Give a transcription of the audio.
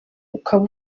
ukaba